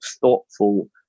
thoughtful